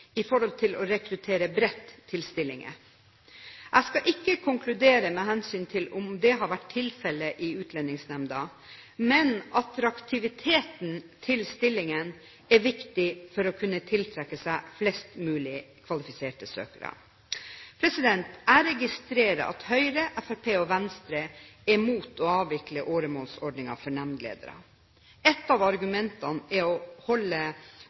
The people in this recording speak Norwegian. å rekruttere bredt til stillinger. Jeg skal ikke konkludere med hensyn til om det har vært tilfellet i Utlendingsnemnda, men attraktiviteten til stillingen er viktig for å kunne tiltrekke seg flest mulig kvalifiserte søkere. Jeg registrerer at Høyre, Fremskrittspartiet og Venstre er imot å avvikle åremålsordningen for nemndledere. Et av argumentene er å holde